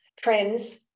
trends